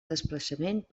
desplaçaments